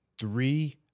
Three